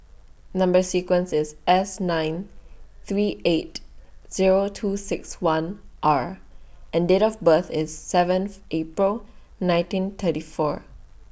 Number sequence IS S nine three eight Zero two six one R and Date of birth IS seventh April nineteen thirty four